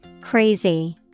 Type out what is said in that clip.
crazy